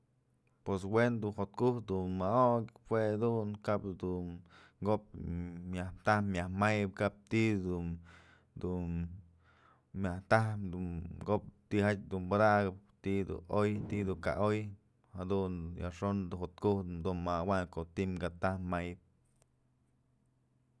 Pues we'en du jo'ot ku'uk dun më'ok jue dun du ko'op myaj taj myaj mayëp kap ti'i dun dun myaj tajëp dun ko'op tyjatë dun padakëp ti'i dun oy ti'i dun ka oy jadun yajxon dun jo'ot ku'uk dun mawayn ko'o ti'i ka taj mayëp.